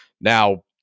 now